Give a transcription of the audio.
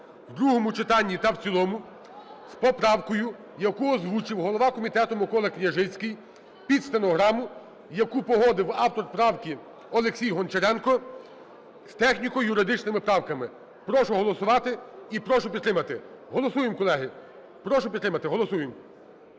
у другому читанні та в цілому з поправкою, яку озвучив голова комітету Микола Княжицький під стенограму, яку погодив автор правки Олексій Гончаренко, з техніко-юридичними правками. Прошу голосувати і прошу підтримати. Голосуємо, колеги, прошу підтримати, голосуємо.